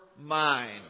mind